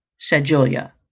said julia.